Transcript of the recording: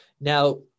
Now